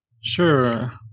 Sure